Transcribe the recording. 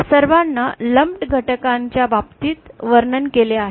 त्या सर्वांनी लम्प घटकांच्या बाबतीत वर्णन केले आहे